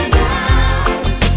now